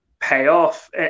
payoff